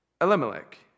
Elimelech